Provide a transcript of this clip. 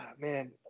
man